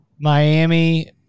Miami